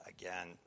again